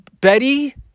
Betty